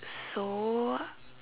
so